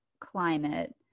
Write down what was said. climate